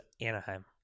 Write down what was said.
Anaheim